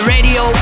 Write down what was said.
Radio